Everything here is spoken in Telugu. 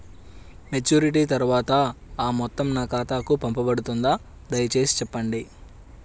మెచ్యూరిటీ తర్వాత ఆ మొత్తం నా ఖాతాకు పంపబడుతుందా? దయచేసి చెప్పండి?